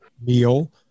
meal